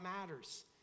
matters